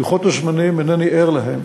לוחות הזמנים, אינני ער להם.